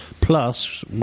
Plus